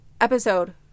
episode